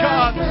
God